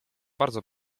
bardzo